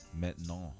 maintenant